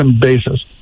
basis